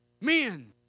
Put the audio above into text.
Men